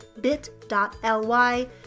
bit.ly